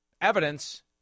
evidence